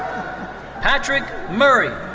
patrick murray.